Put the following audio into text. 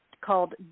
called